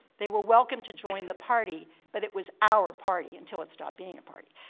they were welcome to join the party but it was our party until it stopped being a party.